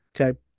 okay